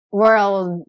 world